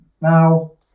Now